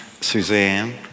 Suzanne